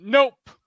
Nope